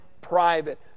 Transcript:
private